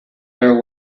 there